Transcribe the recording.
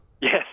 Yes